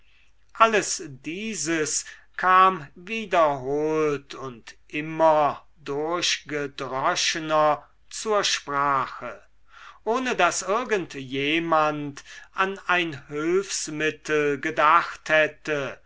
alles dieses kam wiederholt und immer durchgedroschener zur sprache ohne daß irgend jemand an ein hülfsmittel gedacht hätte